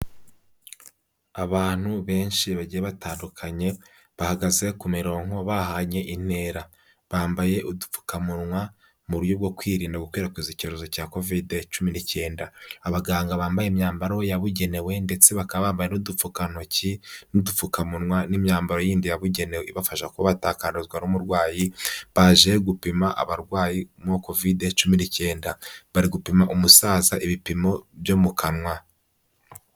Abantu benshi bagiye batandukanye bahagaze ku mirongo bahanye intera, bambaye udupfukamunwa mu buryo bwo kwirinda gukwirakwiza icyorezo cya covid-19, abaganga bambaye imyambaro yabugenewe ndetse baka bambaye n'udupfukantoki, n'udupfukamunwa, n'imyambaro yindi yabugenewe, ibafasha kuba batakanduzwa n'umurwayi, baje gupima abarwayi mo covid-19, bari gupima umusaza ibipimo byo mu kanwa.